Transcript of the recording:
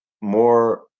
more